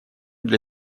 для